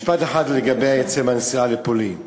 משפט אחד לגבי עצם הנסיעה לפולין.